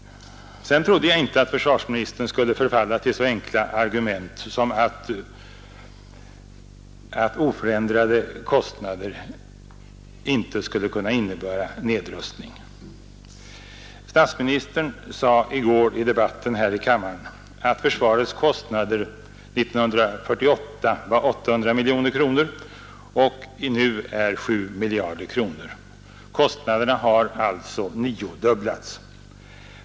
Jag trodde inte att försvarsministern skulle förfalla till så enkla argument som att oförändrade kostnader inte skulle kunna innebära nedrustning. Statsministern sade i går i debatten här i kammaren att försvarets kostnader 1948 var 800 miljoner kronor och nu är 7 miljarder kronor. Kostnaderna har alltså niodubblats.